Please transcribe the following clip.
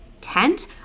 tent